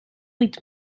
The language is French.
huit